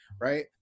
right